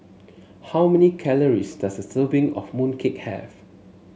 how many calories does a serving of mooncake have